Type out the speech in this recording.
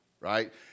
right